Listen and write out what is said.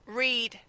read